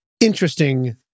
interesting